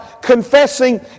confessing